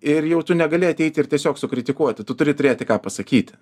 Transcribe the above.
ir jau tu negali ateiti ir tiesiog sukritikuoti tu turi turėti ką pasakyti